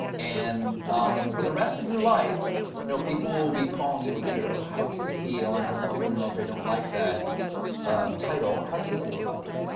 and for the rest of your life you know, people will be calling you a hero. how do you feel? i know some people in the military don't like that ah title. how do you feel about that?